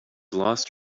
lost